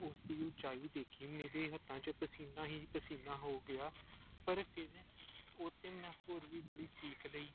ਉਸ ਦੀ ਉਚਾਈ ਦੇਖੀ ਮੇਰੇ ਹੱਥਾਂ 'ਚ ਪਸੀਨਾ ਹੀ ਪਸੀਨਾ ਹੋ ਗਿਆ ਪਰ ਫਿਰ ਉਹ 'ਤੇ ਮੈਂ ਹੋਰ ਵੀ ਬੜੀ ਸੀਖ ਲਈ